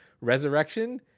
resurrection